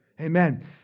Amen